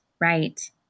Right